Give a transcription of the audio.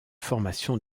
formation